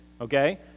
okay